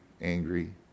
angry